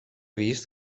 vist